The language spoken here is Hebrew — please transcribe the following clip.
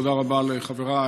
תודה רבה לחבריי.